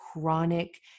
chronic